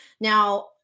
Now